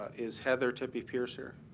is heather tippey pierce here?